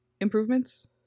improvements